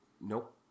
Nope